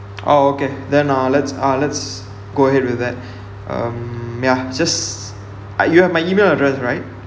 orh okay then uh let's uh let's go ahead with that um ya just(uh) you have my email address right